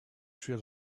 trail